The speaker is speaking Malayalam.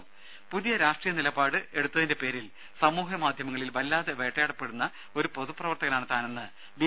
രുര പുതിയ രാഷ്ട്രീയ നിലപാട് എടുത്തതിന്റെ പേരിൽ സമൂഹമാധ്യമങ്ങളിൽ വല്ലാതെ വേട്ടയാടപ്പെടുന്ന ഒരു പൊതു പ്രവർത്തകനാണ് താനെന്ന് ബി